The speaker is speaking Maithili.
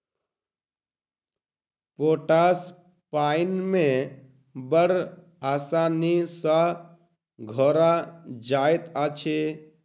पोटास पाइन मे बड़ आसानी सॅ घोरा जाइत अछि